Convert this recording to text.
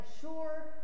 sure